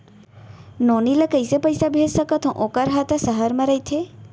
नोनी ल कइसे पइसा भेज सकथव वोकर हा त सहर म रइथे?